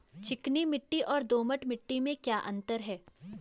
चिकनी मिट्टी और दोमट मिट्टी में क्या अंतर है?